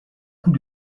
coup